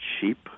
cheap